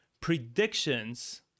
predictions